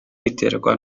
biterwa